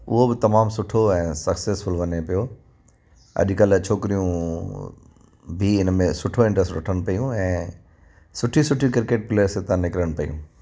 उहो बि तमामु सुठो ऐं सक्सेसफ़ुल वञे पियो अॼकल्ह छोकिरियूं बि हिन में सुठो इंटरस्ट वठनि पियूं ऐं इन में सुठी सुठी क्रिकेट प्लेयर्स हितां निकिरनि पयूं